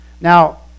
Now